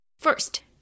First